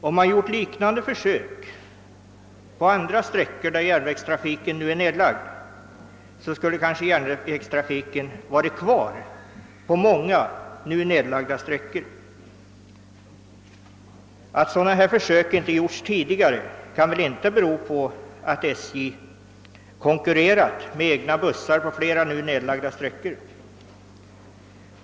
Om man hade gjort liknande försök på andra sträckor, där järnvägstrafiken nu är nedlagd, skulle denna kanske ha upprätthållits där. Att försök av denna typ inte tidigare gjorts kan väl inte bero på att SJ med egna bussar konkurrerat med järnvägstrafiken på flera nu nedlagda sträckor.